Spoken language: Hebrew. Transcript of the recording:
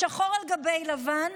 שחור על גבי לבן,